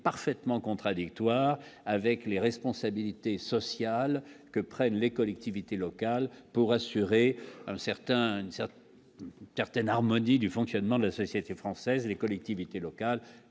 parfaitement contradictoire avec les responsabilités sociales que prennent les collectivités locales pour assurer un certain certaine certaines harmonie du fonctionnement de la société française, les collectivités locales,